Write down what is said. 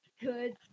good